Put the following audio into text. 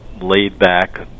laid-back